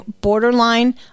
borderline